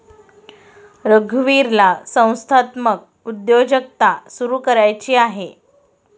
रघुवीरला संस्थात्मक उद्योजकता सुरू करायची इच्छा आहे